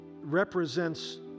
represents